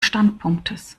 standpunktes